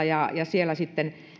ja